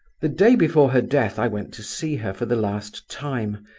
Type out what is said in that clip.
the day before her death i went to see her for the last time,